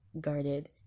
guarded